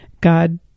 God